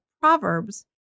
proverbs